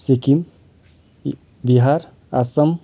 Sikkim Bihar Assam